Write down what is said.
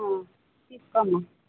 అ తీసుకోమ్మా